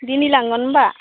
दिनै लांगोन होमब्ला